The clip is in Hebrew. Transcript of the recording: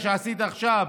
שעשיתי עכשיו,